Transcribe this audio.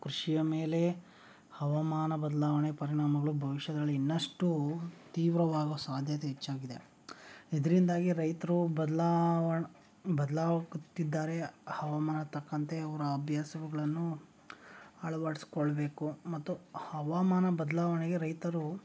ಕೃಷಿಯ ಮೇಲೆ ಹವಮಾನ ಬದಲಾವಣೆ ಪರಿಣಾಮಗಳು ಭವಿಷ್ಯಗಳಲ್ಲಿ ಇನ್ನಷ್ಟು ತೀವ್ರವಾಗುವ ಸಾಧ್ಯತೆ ಹೆಚ್ಚಾಗಿದೆ ಇದರಿಂದಾಗಿ ರೈತರು ಬದ್ಲಾವಣೆ ಬದಲಾಗುತ್ತಿದ್ದಾರೆ ಹವಾಮಾನ ತಕ್ಕಂತೆ ಅವರ ಅಭ್ಯಾಸಗಳನ್ನು ಅಳವಡಿಸ್ಕೊಳ್ಬೇಕು ಮತ್ತು ಹವಾಮಾನ ಬದಲಾವಣೆಗೆ ರೈತರು